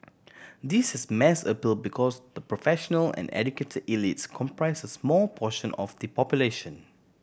this has mass appeal because the professional and educate elites comprise a small portion of the population